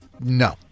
No